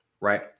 right